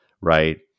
right